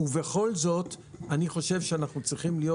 ובכל זאת אני חושב שאנחנו צריכים להיות